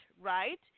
right